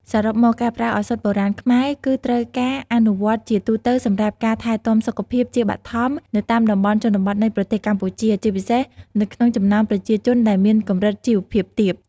សរុបមក ការប្រើឱសថបុរាណខ្មែរគឺត្រូវបានអនុវត្តជាទូទៅសម្រាប់ការថែទាំសុខភាពជាបឋមនៅតាមតំបន់ជនបទនៃប្រទេសកម្ពុជា ជាពិសេសនៅក្នុងចំណោមប្រជាជនដែលមានកម្រិតជីវភាពទាប